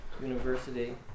University